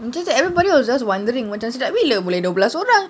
it's just that everybody was just wondering macam sejak bila boleh dua belas orang